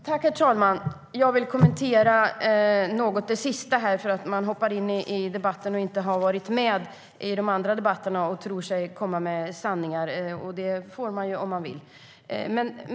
Herr talman! Jag vill något kommentera det sista. Man hoppar in i debatten utan att ha varit med i de andra debatterna och tror sig komma med sanningar. Det får man göra om man vill.